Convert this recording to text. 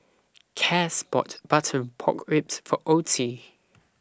Cas bought Butter Pork Ribs For Ottie